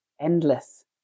Endless